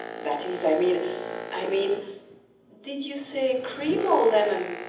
that is, i mean i mean did you say cream or lemon?